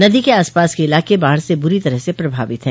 नदी के आसपास के इलाके बाढ़ से बुरी तरह से प्रभावित है